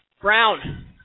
Brown